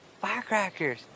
firecrackers